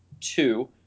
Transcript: two